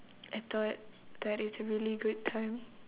I thought that it's a really good time